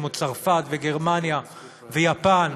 כמו צרפת וגרמניה ויפן,